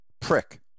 prick